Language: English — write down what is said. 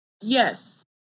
yes